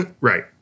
right